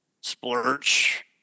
splurge